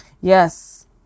Yes